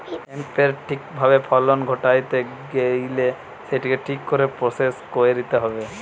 হেম্পের ঠিক ভাবে ফলন ঘটাইতে গেইলে সেটিকে ঠিক করে প্রসেস কইরতে হবে